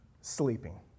Sleeping